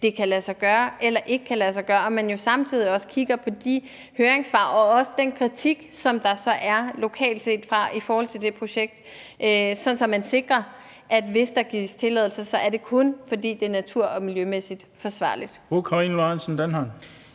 det kan lade sig gøre eller ikke kan lade sig gøre – og at man samtidig også kigger på de høringssvar og også den kritik, som der så er fra lokalt hold i forhold til det projekt, sådan at man sikrer, at hvis der gives tilladelse, er det kun, fordi det er natur- og miljømæssigt forsvarligt.